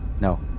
No